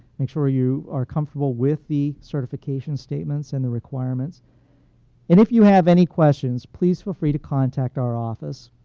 make sure you are comfortable with the certification statements and the requirements. and if you have any questions, please feel free to contact our office.